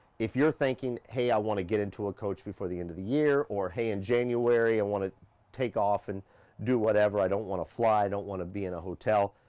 if you're thinking, hey, i wanna get into a coach before the end of the year or hey, in january i wanna take off and do whatever. i don't wanna fly, i don't wanna be in a hotel,